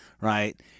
right